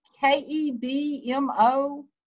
K-E-B-M-O